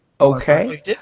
okay